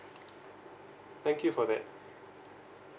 thank you for that